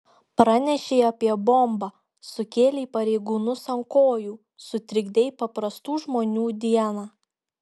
pranešei apie bombą sukėlei pareigūnus ant kojų sutrikdei paprastų žmonių dieną